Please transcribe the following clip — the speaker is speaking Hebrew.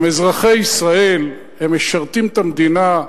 הם אזרחי ישראל, הם משרתים את המדינה.